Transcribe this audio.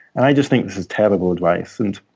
and i just think this is terrible advice, and